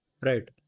right